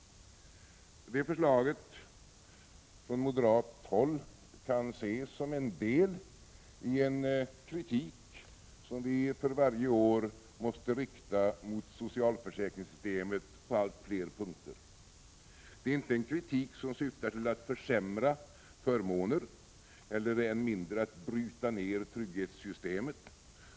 Det förslaget från moderat håll kan ses som en del i en kritik som vi för varje år måste rikta mot socialförsäkringssystemet på allt fler punkter. Det är inte en kritik som syftar till att försämra förmånerna eller än mindre att bryta ned trygghetssystemet.